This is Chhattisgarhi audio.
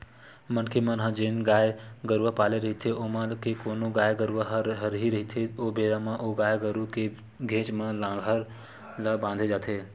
मनखे मन ह जेन गाय गरुवा पाले रहिथे ओमा के कोनो गाय गरुवा ह हरही रहिथे ओ बेरा म ओ गाय गरु के घेंच म लांहगर ला बांधे जाथे